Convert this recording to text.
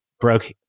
broke